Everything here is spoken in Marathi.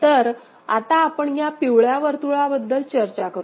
तर आता आपण या पिवळ्या वर्तुळाबद्दल चर्चा करू